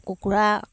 কুকুৰা